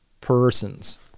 persons